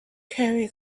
carry